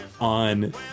on